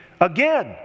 again